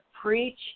Preach